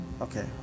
Okay